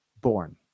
born